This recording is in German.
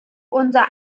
unser